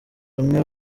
rumwe